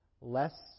less